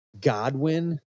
Godwin